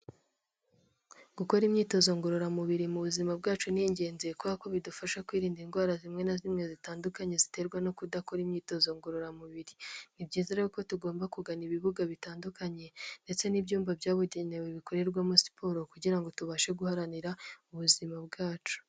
Gukora imyitozo ngororamubiri mu buzima bwacu ni ingenzi kuko kuko bidufasha kwirinda indwara zimwe na zimwe zitandukanye ziterwa no kudakora imyitozo ngororamubiri, ni byiza ko tugomba kugana ibibuga bitandukanye ndetse n'ibyumba byabugenewe bikorerwamo siporo kugira ngo tubashe guharanira ubuzima bwacu.